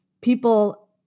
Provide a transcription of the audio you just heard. people